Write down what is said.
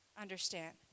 understand